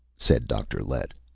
said dr. lett.